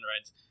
rides